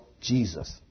Jesus